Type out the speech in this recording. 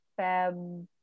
Feb